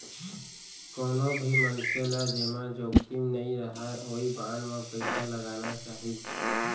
कोनो भी मनसे ल जेमा जोखिम नइ रहय ओइ बांड म पइसा लगाना चाही